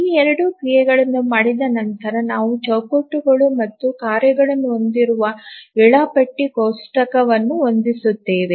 ಈ ಎರಡೂ ಕ್ರಿಯೆಗಳನ್ನು ಮಾಡಿದ ನಂತರ ನಾವು ಚೌಕಟ್ಟುಗಳು ಮತ್ತು ಕಾರ್ಯಗಳನ್ನು ಹೊಂದಿರುವ ವೇಳಾಪಟ್ಟಿ ಕೋಷ್ಟಕವನ್ನು ಹೊಂದಿರುತ್ತೇವೆ